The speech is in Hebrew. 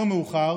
יותר מאוחר